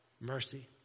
mercy